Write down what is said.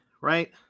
right